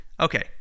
okay